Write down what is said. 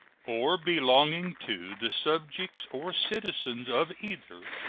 or belonging to the subjects or citizens of either,